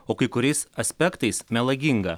o kai kuriais aspektais melaginga